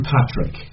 Patrick